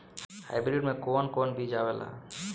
Hybrid में कोवन कोवन बीज आवेला?